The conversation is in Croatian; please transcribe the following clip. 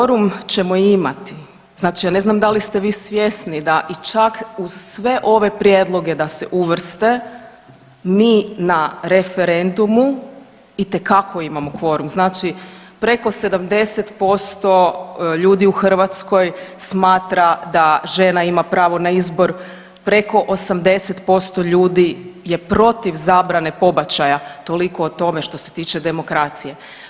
Kvorum ćemo imati, znači ja ne znam da li ste vi svjesni da i čak uz sve ove prijedloge da se uvrste mi na referendumu itekako imamo kvorum, znači preko 70% ljudi u Hrvatskoj smatra da žena ima pravo na izbor, preko 80% ljudi je protiv zabrane pobačaja, toliko o tome što se tiče demokracije.